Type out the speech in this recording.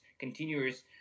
continuous